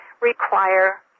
require